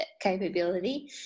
capability